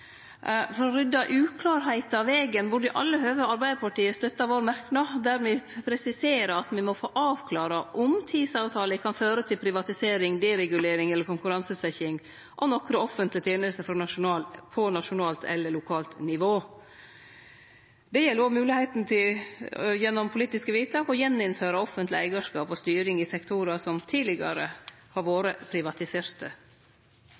For å rydde uklarheiter av vegen burde i alle høve Arbeidarpartiet ha støtta vår merknad, der me presiserer at me må få avklart om TISA-avtalen kan føre til privatisering, deregulering eller konkurranseutsetjing av nokre offentlege tenester på nasjonalt eller lokalt nivå. Det gjeld òg moglegheita til gjennom politisk vedtak å gjeninnføre offentleg eigarskap og styring i sektorar som tidlegare har